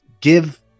give